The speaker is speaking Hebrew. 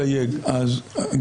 דבר.